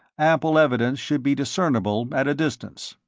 ample evidence should be discernible at a distance.